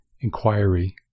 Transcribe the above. Inquiry